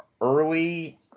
early